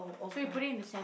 so you put it in the cen~